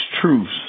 truths